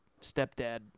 stepdad